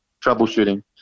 troubleshooting